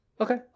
Okay